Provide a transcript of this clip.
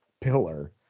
pillar